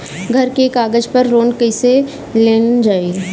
घर के कागज पर लोन कईसे लेल जाई?